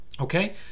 okay